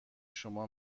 شما